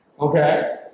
Okay